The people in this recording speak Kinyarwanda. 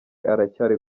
aracyari